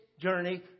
journey